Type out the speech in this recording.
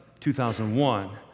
2001